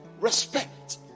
respect